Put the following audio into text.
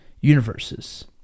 universes